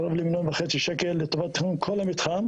קרוב למיליון וחצי שקל לטובת כל המתחם.